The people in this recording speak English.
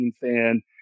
fan